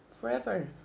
Forever